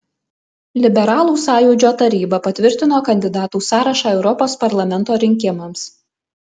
liberalų sąjūdžio taryba patvirtino kandidatų sąrašą europos parlamento rinkimams